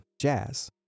jazz